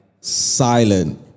silent